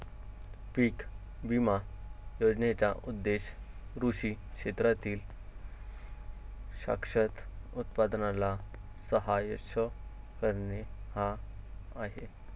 पीक विमा योजनेचा उद्देश कृषी क्षेत्रातील शाश्वत उत्पादनाला सहाय्य करणे हा आहे